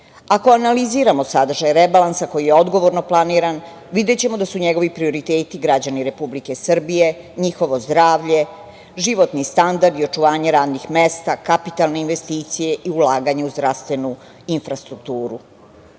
Ako analiziramo sadržaj rebalansa koji je odgovorno planiran, videćemo da su njegovi prioriteti građani Republike Srbije, njihovo zdravlje, životni standard i očuvanje radnih mesta, kapitalne investicije i ulaganje u zdravstvenu infrastrukturu. Ono